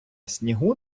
снігу